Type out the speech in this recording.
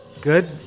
Good